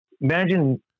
imagine